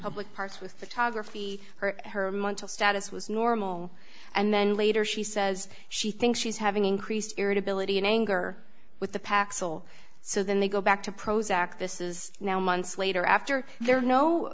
parks with photography her and her montel status was normal and then later she says she thinks she's having increased irritability and anger with the paxil so then they go back to prozac this is now months later after they're no